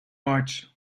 march